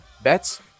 bets